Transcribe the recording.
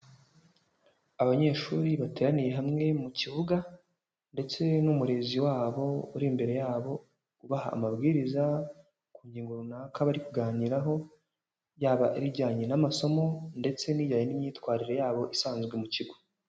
Abanyeshuri bateraniye hamwe mu kibuga, ndetse n'umurezi wabo uri imbere yabo, ubaha amabwiriza ku ngingo runaka bari kuganiraho, yaba ijyanye n'amasomo ndetse n'ijyanye n'imyitwarire yabo isanzwe mu kigo.